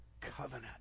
covenant